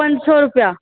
पंज सौ रुपिया